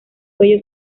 cuello